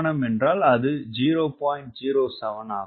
07 ஆகும்